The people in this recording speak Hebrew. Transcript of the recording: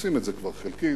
עושים את זה כבר, חלקית,